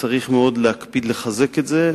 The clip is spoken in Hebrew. צריך להקפיד מאוד לחזק את זה,